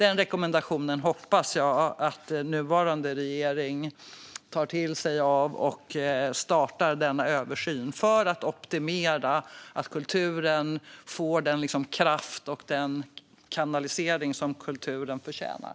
Jag hoppas att den nuvarande regeringen tar till sig rekommendationen och startar denna översyn för att optimera så att kulturen får den kraft och den kanalisering som den förtjänar.